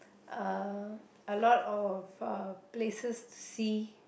uh a lot of uh places to see